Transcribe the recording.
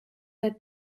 del